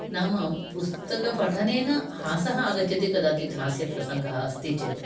नाम पुस्तकपठनेन हासः आगच्छति कदाचिद् हास्यप्रसङ्गः अस्ति चेत्